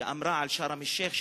שאמרה על שארם-א-שיח',